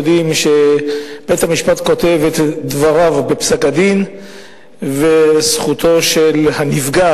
יודעים שבית-המשפט כותב את דבריו בפסק-הדין וזכותו של הנפגע